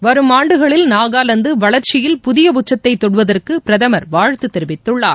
வரும் ஆண்டுகளில் நாகாவாந்து வளர்ச்சியில் புதிய உச்சத்தை தொடுவதற்கு பிரதமர் வாழ்த்து தெரிவித்துள்ளார்